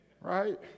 right